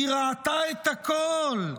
היא ראתה את הכול,